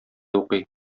укый